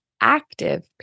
active